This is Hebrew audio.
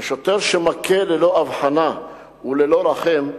ושוטר שמכה ללא הבחנה וללא רחם,